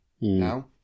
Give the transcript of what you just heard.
now